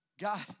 God